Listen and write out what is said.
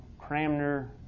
Cramner